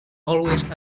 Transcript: always